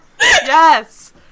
Yes